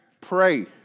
Pray